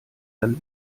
dann